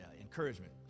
encouragement